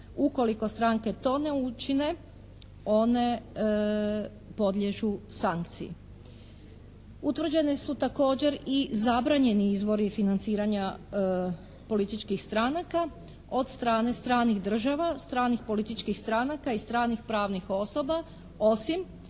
Ukoliko stranke to ne učine one podliježu sankciji. Utvrđene su također i zabranjeni izvori financiranja političkih stranaka od strane stranih država, stranih političkih stranaka i stranih pravnih osoba, osim